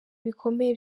bikomeye